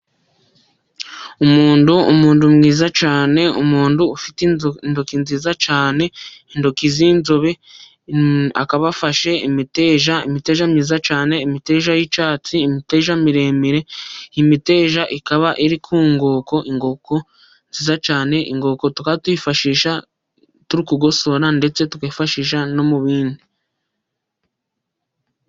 Umuntu, umuntu mwiza cyane, umuntu ufite intoki nziza cyane, intoki z'inzobe, akaba afashe imiteja, imitaja myiza cyane imiteja y'icyatsi, imiteja miremire, imiteja ikaba iri ku nkoko, inkoko nziza cyane, inkoko tukaba tuyifashisha turi kugosora, ndetse tukayifashisha no mu bindi.